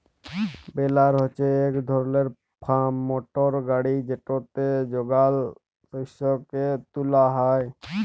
বেলার হছে ইক ধরলের ফার্ম মটর গাড়ি যেটতে যগাল শস্যকে তুলা হ্যয়